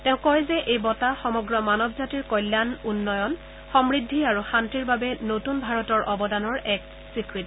তেওঁ কয় যে এই বঁটা সমগ্ৰ মানৱ জাতিৰ কল্যাণ উন্নয়ন সমৃদ্ধি আৰু শান্তিৰ বাবে নতুন ভাৰতৰ অৱদানৰ এক স্বীকৃতি